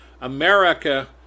America